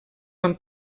van